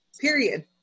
Period